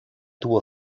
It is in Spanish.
tuvo